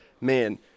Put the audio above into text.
Man